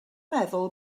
meddwl